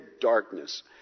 darkness